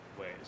ways